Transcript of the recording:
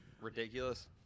Ridiculous